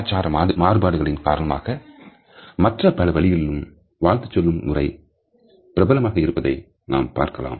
கலாச்சார மாறுபாடுகளின் காரணமாக மற்ற பல வழிகளிலும் வாழ்த்து சொல்லும் முறை பிரபலமாக இருப்பதை நாம் பார்க்கலாம்